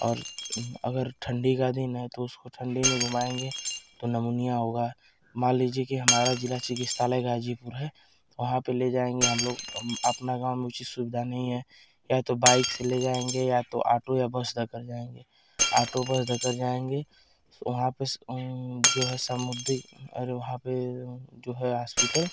और अगर ठंडी का दिन है तो उसको ठंडी में घुमाएँगे तो नमोनिया होगा मान लीजिए कि हमारा जिला चिकित्सालय गाजीपुर है वहां पे ले जाएँगे हम लोग अपना गाँव में अच्छी सुविधा नहीं है या तो बाइक से ले जाएँगे या तो आटो या बस कर कर जाएँगे आटो बस लेकर जाएँगे वापस जो है और वहां पे जो है हास्पिटल